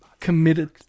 committed